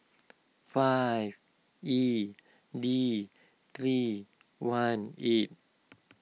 five E D three one eight